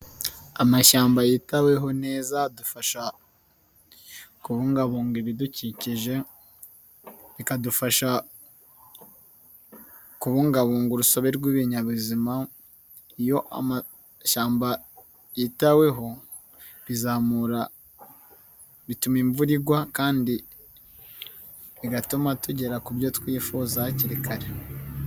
Amashyamba yitaweho neza adufasha, kubungabunga ibidukikije, bikadufasha kubungabunga urusobe rw'ibinyabuzima, iyo amashyamba yitaweho, bizamura, bituma imvura igwa kandi, bigatuma tugera ku byo twifuza hakiri kare.